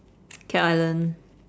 cat island